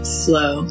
slow